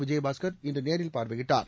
விஜயபாஸ்கர் இன்றுநேரில் பார்வையிட்டார்